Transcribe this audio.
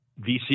VC